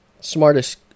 smartest